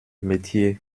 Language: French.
métier